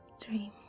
dream